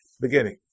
beginning